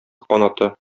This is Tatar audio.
канаты